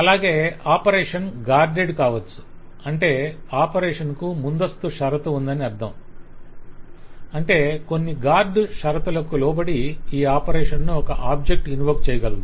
అలాగే operation guarded కావచ్చు అంటే ఆపరేషన్కు ముందస్తు షరతు ఉంది అని అర్ధం అంటే కొన్ని గార్డు షరతులకు లోబడి ఈ ఆపరేషన్ను ఒక ఆబ్జెక్ట్ ఇన్వోక్ చేయగలడు